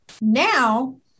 now